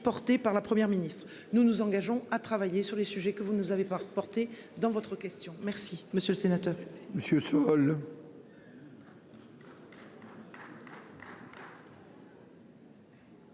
portée par la Première ministre. Nous nous engageons à travailler sur les sujets que vous nous avez pas reporté dans votre question. Merci monsieur le sénateur